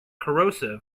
corrosive